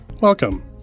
Welcome